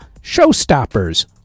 Showstoppers